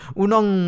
unong